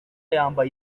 yambaye